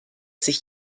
sich